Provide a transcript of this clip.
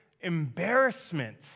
embarrassment